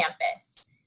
campus